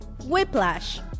Whiplash